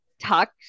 talk